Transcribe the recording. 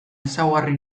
ezaugarri